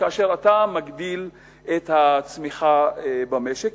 כאשר אתה מגדיל את הצמיחה במשק.